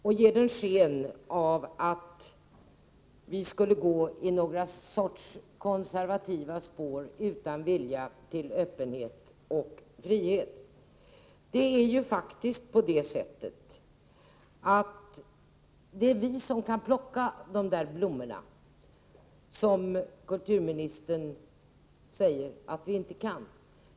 Han ger sken av att vi skulle gå i konservativa spår, utan vilja till öppenhet och frihet. Det är faktiskt vi som kan plocka de blommor som kulturministern hävdade att vi inte kan plocka.